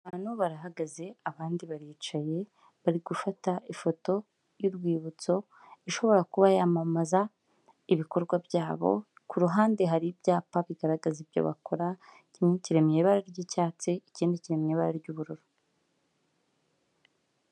Abantu barahagaze abandi baricaye bari gufata ifoto y'urwibutso, ishobora kuba yamamaza ibikorwa byabo. Ku ruhande, hari ibyapa bigaragaza ibyo bakora kimwe kiri mu ibara ry'icyatsi, Ikindi kiri mu ibara ry'ubururu.